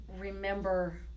remember